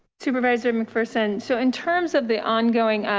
supervisor mcpherson. so in terms of the ongoing,